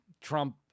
Trump